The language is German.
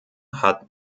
hat